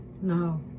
No